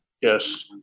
yes